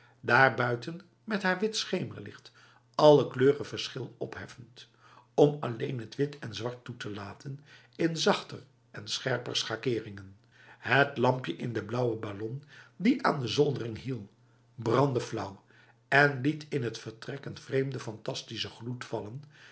daarbuiten met haar wit schemerlicht alle kleurenverschil opheffend om alleen het wit en zwart toe te laten in zachter en scherper schakeringen het lampje in de blauwe ballon die aan de zoldering hing brandde flauw en liet in het vertrek een vreemde fantastische gloed vallen